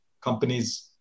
companies